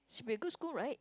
should be a good school right